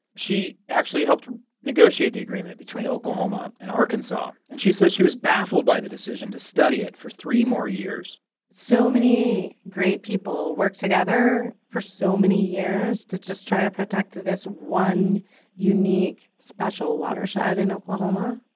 she actually helped negotiate the agreement between oklahoma and arkansas. and she says she was baffled by the decision to study it for three more years so many great people worked together for so many years to just try to protect this one unique, special watershed in oklahoma.